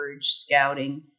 scouting